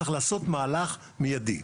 צריך לעשות מהלך מיידי.